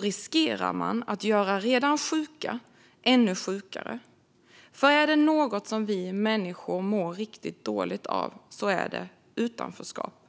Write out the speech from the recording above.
riskerar man att göra redan sjuka ännu sjukare. Är det något som vi människor mår riktigt dåligt av är det utanförskap.